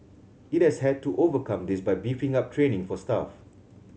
it has had to overcome this by beefing up training for staff